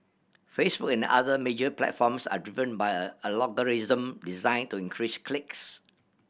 Facebook and other major platforms are driven by a algorithm designed to increase clicks